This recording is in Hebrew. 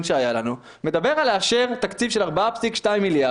שהיה לנו אתמול מדבר על לאשר תקציב של 4.2 מיליארד.